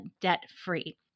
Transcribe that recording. debt-free